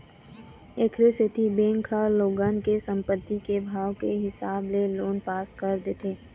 एखरे सेती बेंक ह लोगन के संपत्ति के भाव के हिसाब ले लोन पास कर देथे